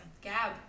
Gab